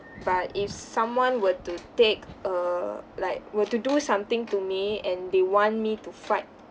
but if someone were to take err like were to do something to me and they want me to fight